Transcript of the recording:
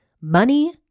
Money